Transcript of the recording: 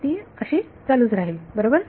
ती अशी चालूच राहील बरोबर